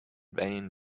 vain